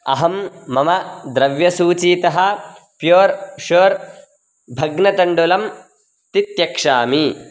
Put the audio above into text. अहं मम द्रव्यसूचीतः प्योर् शोर् भग्नतण्डुलं तित्यक्षामि